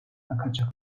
kaçak